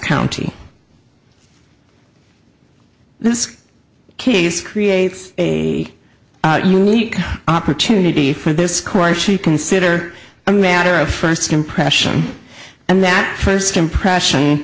county this case creates a unique opportunity for this cry she considered a matter of first impression and that first impression